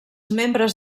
membres